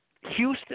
Houston